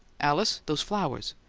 alice! those flowers!